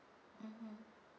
mmhmm